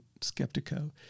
Skeptico